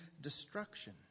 destruction